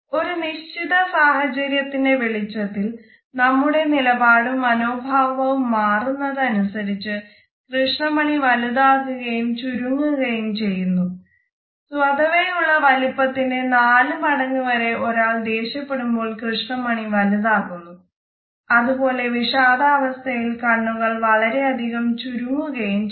ഒരു നിശ്ചിത സാഹചര്യത്തിന്റെ വെളിച്ചത്തിൽ നമ്മുടെ നിലപാടും മനോഭാവവും മാറുന്നത് അനുസരിച്ച് കൃഷ്ണമണി വലുതാകുകയും ചുരുങ്ങുകയും ചെയ്യുന്നു സ്വതവേ ഉള്ള വലുപ്പത്തിന്റെ നാല് മടങ്ങ് വരെ ഒരാൾ ദേഷ്യപ്പെടുമ്പോൾ കൃഷ്ണമണി വലുതാകുന്നു അത് പോലെ വിഷാദാവസ്ഥയിൽ കണ്ണുകൾ വളരെ അധികം ചുരുങ്ങുകയും ചെയ്യുന്നു